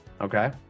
okay